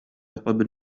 قبل